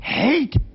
hate